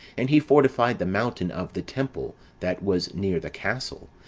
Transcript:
and he fortified the mountain of the temple that was near the castle,